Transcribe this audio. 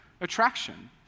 attraction